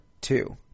Two